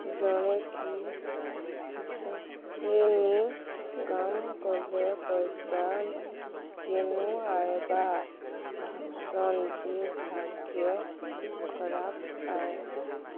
ଜଣେକି any କାମ୍ କଲେ ପଇସା କେନୁ ଆଇବା ଭାବ୍ସନ୍ ଯେ ଭାଗ୍ୟ ଖରାପ ଆଏ